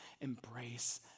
Embrace